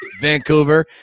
Vancouver